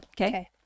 Okay